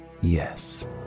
Yes